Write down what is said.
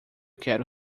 quero